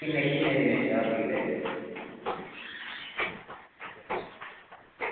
किन्ने किन्ने दिनें शा पीड़ ऐ एह् कोई